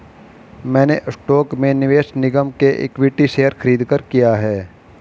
मैंने स्टॉक में निवेश निगम के इक्विटी शेयर खरीदकर किया है